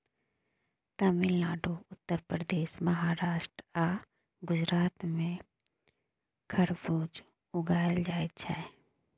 तमिलनाडु, उत्तर प्रदेश, महाराष्ट्र आ गुजरात मे खरबुज उगाएल जाइ छै